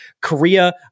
Korea